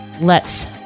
lets